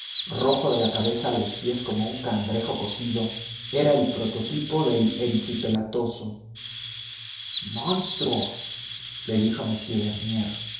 rojo de la cabeza a los pies como un cangrejo cocido era el prototipo del erisipelatoso monstruo le dijo m bernier se